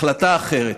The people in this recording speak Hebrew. החלטה אחרת.